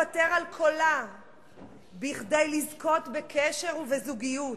לוותר על קולה כדי לזכות בקשר ובזוגיות.